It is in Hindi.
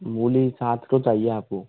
मूली सात किलो चाहिए आप को